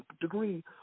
degree